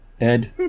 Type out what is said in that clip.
Ed